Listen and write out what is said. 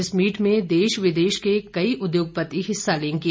इस मीट में देश विदेश के कई उद्योगपति हिस्सा लेंगे